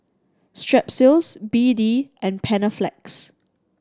Strepsils B D and Panaflex